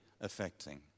affecting